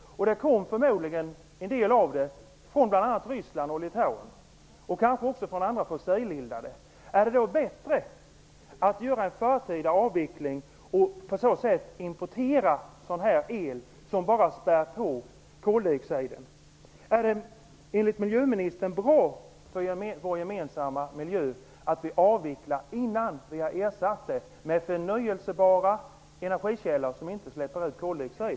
En del kom förmodligen från bl.a. Ryssland och Litauen, och kanske också från andra fossileldade verk. Är det då bättre att göra en förtida avveckling och på så sätt importera sådan här el, som bara spär på koldioxiden? Är det enligt miljöministern bra för vår gemensamma miljö att vi avvecklar innan vi har ersatt kärnkraften med förnybara energikällor som inte släpper ut koldioxid?